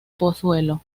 pozuelo